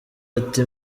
ati